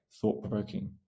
thought-provoking